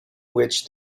which